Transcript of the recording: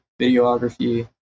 videography